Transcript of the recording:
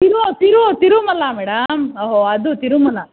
ತಿರು Tiru Tirumala madam ಓಹ್ ಹೋ ಅದು ತಿರುಮಲ